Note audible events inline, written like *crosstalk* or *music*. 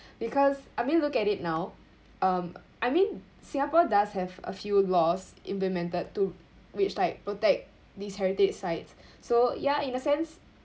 because I mean look at it now um I mean singapore does have a few laws implemented to which like protect these heritage sites *breath* so ya in a sense